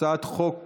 הצעת חוק